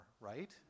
right